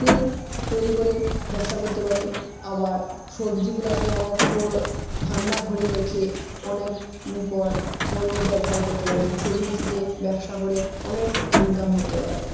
তেল তৈরি করে ব্যবসা করতে পারি আবার সবজিগুলাকে আমরা ঠান্ডা ঘরে রেখে অনেক পর পরও ব্যবহার করতে পারি সেগুলি থেকে ব্যবসা করে অনেক ইনকাম তে পারে